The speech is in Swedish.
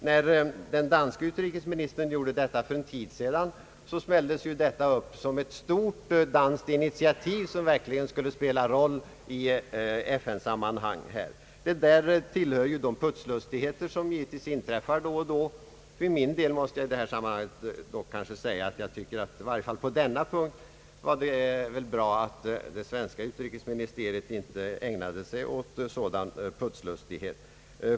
När den danske utrikesministern för en tid sedan gjorde en liknande framstöt smälldes det upp som ett stort danskt initiativ, som verkligen skulle spela en roll i FN-sammanhang. Detta tillhör de putslustigheter som givetvis inträffar då och då. För min del måste jag säga att jag tycker att det bara är bra att svenska utrikesdepartementet i jämförbara situationer inte ägnar sig åt sådan putslustighet.